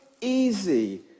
easy